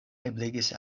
ebligis